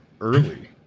Early